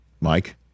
Mike